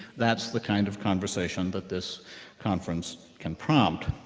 that's the kind of conversation that this conference can prompt.